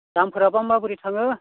दामफोराबा माबोरै थाङो